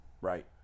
Right